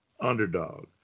underdog